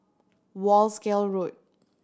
Wolskel Road